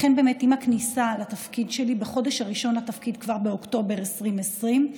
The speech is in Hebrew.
לכן, עם הכניסה שלי לתפקיד, כבר באוקטובר 2020,